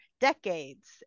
decades